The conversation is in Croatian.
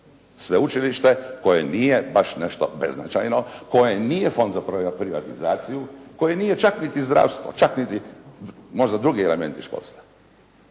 Sveučilište koje nije baš nešto beznačajno koje nije fond za privatizaciju, koje nije čak niti zdravstvo, čak niti drugi elementi školstva,